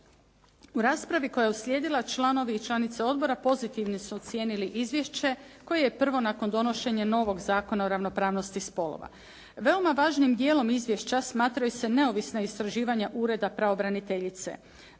U raspravi koja je uslijedila članovi i članice odbora pozitivno su ocijenili izvješće koje je prvo nakon donošenja novog Zakona o ravnopravnosti spolova. Veoma važnim dijelom izvješća smatraju se neovisna istraživanja ureda pravobraniteljice.